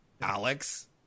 Alex